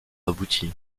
abouti